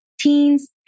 teens